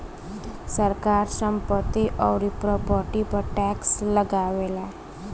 सरकार संपत्ति अउरी प्रॉपर्टी पर टैक्स लगावेला